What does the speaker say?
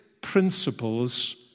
principles